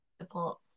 support